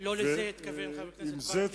לא לזה התכוון חבר הכנסת ברכה, אדוני.